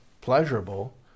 pleasurable